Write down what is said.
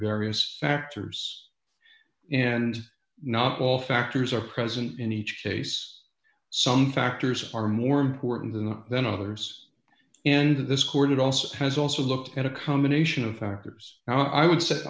various factors and not all factors are present in each case some factors are more important than the than others and this court also has also looked at a combination of factors now i would say